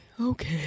Okay